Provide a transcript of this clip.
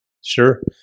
Sure